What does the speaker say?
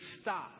stop